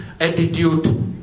attitude